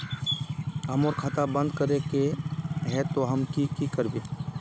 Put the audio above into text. हमर खाता बंद करे के है ते हम की करबे?